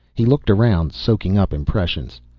he looked around, soaking up impressions.